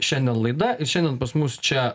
šiandien laida ir šiandien pas mus čia